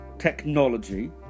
Technology